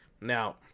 Now